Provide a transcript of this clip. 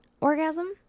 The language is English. orgasm